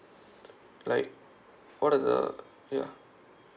like what are the ya